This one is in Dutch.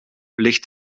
ligt